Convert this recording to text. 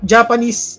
Japanese